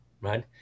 right